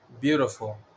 beautiful